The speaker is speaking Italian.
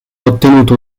ottenuto